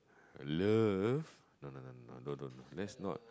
love no no no no no no don't don't that's not